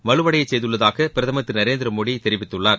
வலுவடைய செய்துள்ளதாக பிரதமர் திரு நரேந்திர மோடி தெரிவித்துள்ளார்